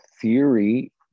theory